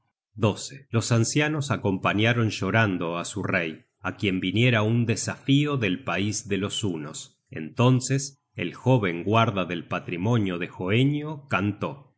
vuelve los ancianos acompañaron llorando á su rey á quien viniera un desafío del pais de los hunos entonces el jóven guarda del patrimonio de hoenio cantó